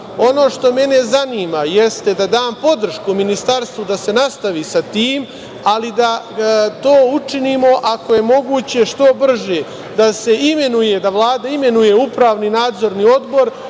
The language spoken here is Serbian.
što mene zanima jeste da dam podršku Ministarstvu da se nastavi sa tim, ali da to učinimo ako je moguće što brže, da se imenuje, da Vlada imenuje upravni Nadzorni odbor,